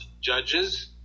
judges